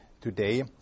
today